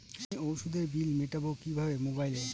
আমি ওষুধের বিল মেটাব কিভাবে মোবাইলে?